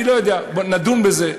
אני לא יודע, נדון בזה.